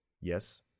Yes